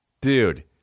Dude